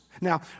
Now